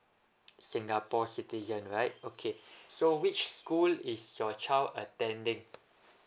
singapore citizen right okay so which school is your child attending